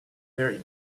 very